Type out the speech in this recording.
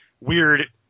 weird